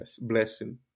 blessing